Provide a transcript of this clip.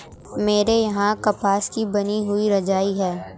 मेरे यहां कपास की बनी हुई रजाइयां है